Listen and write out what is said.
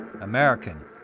American